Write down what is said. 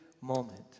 moment